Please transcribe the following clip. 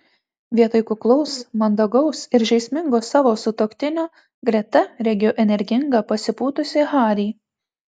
vietoj kuklaus mandagaus ir žaismingo savo sutuoktinio greta regiu energingą pasipūtusį harį